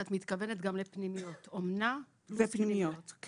את מתכוונת לאומנה ופנימיות.